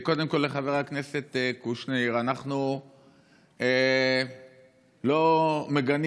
קודם כול לחבר הכנסת קושניר: אנחנו לא מגנים